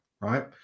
right